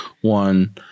one